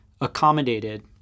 accommodated